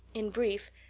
in brief,